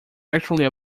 actually